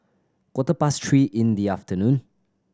quarter past three in the afternoon